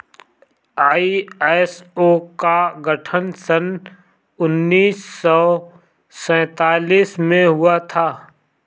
ISO का गठन सन उन्नीस सौ सैंतालीस में हुआ था